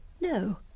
No